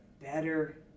better